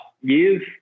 years